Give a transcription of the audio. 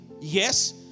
yes